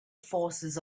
forces